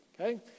Okay